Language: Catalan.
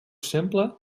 simple